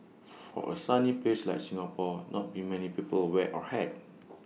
for A sunny place like Singapore not be many people wear A hat